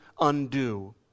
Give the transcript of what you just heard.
undo